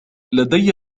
لدي